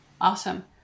Awesome